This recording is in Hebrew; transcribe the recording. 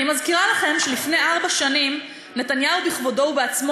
אני מזכירה לכם שלפני ארבע שנים נתניהו בכבודו ובעצמו